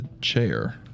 chair